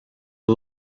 ubu